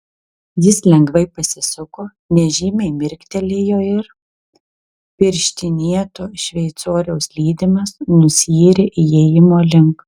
jis lengvai pasisuko nežymiai mirktelėjo ir pirštinėto šveicoriaus lydimas nusiyrė įėjimo link